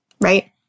right